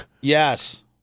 Yes